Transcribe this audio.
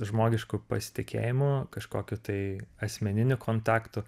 žmogišku pasitikėjimu kažkokiu tai asmeniniu kontaktu